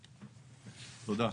תודה.